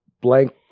blank